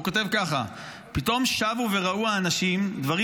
והוא כותב ככה: "פתאום שבו וראו האנשים דברים